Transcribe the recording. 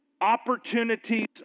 Opportunities